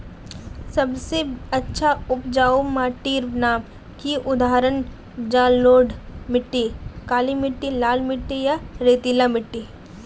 सबसे अच्छा उपजाऊ माटिर नाम की उदाहरण जलोढ़ मिट्टी, काली मिटटी, लाल मिटटी या रेतीला मिट्टी?